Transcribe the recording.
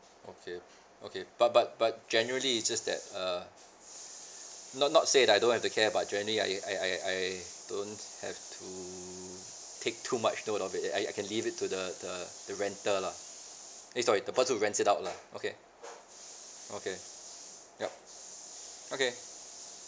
okay okay but but but generally it's just that uh not not say I don't have to care but generally I I I I don't have to take too much note of it I can leave it to the the the renter lah sorry the person who rent it out lah okay okay yup okay